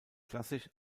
klassisch